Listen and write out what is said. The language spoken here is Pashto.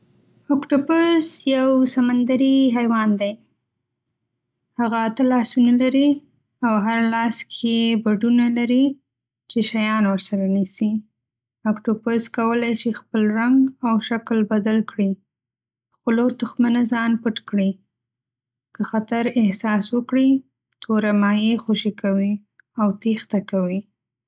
اکټوپوس یو سمندري حیوان دی هغه اته لاسونه لري، او هر لاس یې بډونه لري چې شیان ورسره نیسي. اکټوپوس کولی شي خپل رنګ او شکل بدل کړي څو له دښمنه ځان پټ کړي. که خطر احساس کړي، توره مایع خوشې کوي او تېښته کوي.